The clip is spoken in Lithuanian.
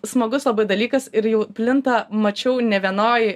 smagus dalykas ir jau plinta mačiau ne vienoj